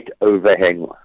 overhang